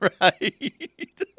Right